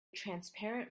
transparent